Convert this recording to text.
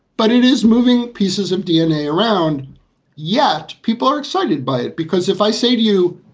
but it is moving pieces of dna around yet. people are excited by it because if i say to you,